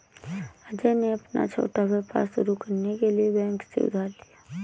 अजय ने अपना छोटा व्यापार शुरू करने के लिए बैंक से उधार लिया